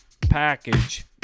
package